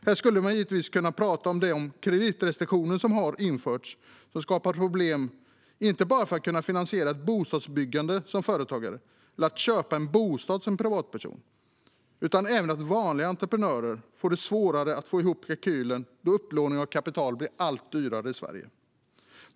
Här skulle man givetvis kunna tala om de kreditrestriktioner som har införts, som skapar problem inte bara när det gäller att finansiera ett bostadsbyggande som företagare eller att köpa en bostad som privatperson utan även i och med att vanliga entreprenörer får det svårare att få ihop kalkylen då upplåning av kapital blir allt dyrare i Sverige.